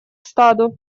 стаду